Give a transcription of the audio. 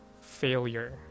failure